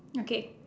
okay